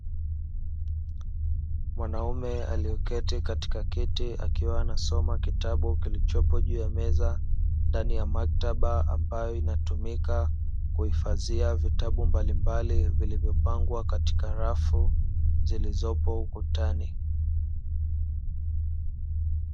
Mwanaume aliyeketi katika kiti akiwa anasoma kitabu kilichopo juu ya meza, ndani ya maktaba ambayo inatumika kuhifadhia vitabu mbalimbali vilivyopangwa katika rafu zilizopo ukutani.